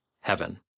heaven